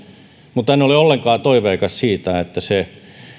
mutta en ole ollenkaan toiveikas että se